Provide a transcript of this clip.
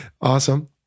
Awesome